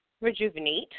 rejuvenate